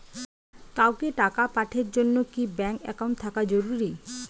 কাউকে টাকা পাঠের জন্যে কি ব্যাংক একাউন্ট থাকা জরুরি?